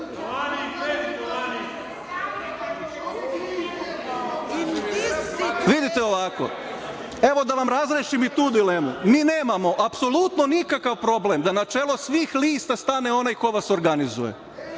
vreme.)Vidite ovako, evo da vam razrešim i tu dilemu. Mi nemamo apsolutno nikakav problem da na čelo svih lista stane onaj ko vas organizuje.